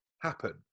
happen